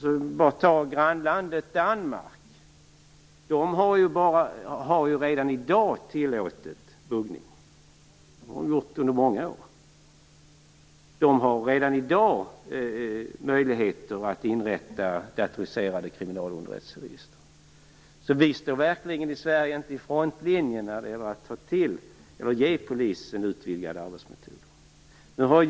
I vårt grannland Danmark har de redan i dag tillåtit buggning. Det har de gjort under många år. De har redan i dag möjligheter att inrätta datoriserade kriminalunderrättelseregister. Vi i Sverige står verkligen inte i frontlinjen när det gäller att ge polisen utvidgade arbetsmetoder.